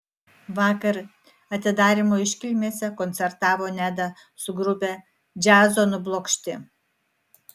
vakar atidarymo iškilmėse koncertavo neda su grupe džiazo nublokšti